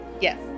Yes